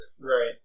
Right